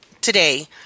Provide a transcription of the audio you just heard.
today